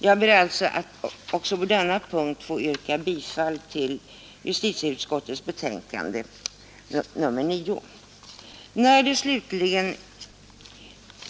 Jag ber alltså att även på denna punkt få yrka bifall till justitieutskottets betänkande nr 9.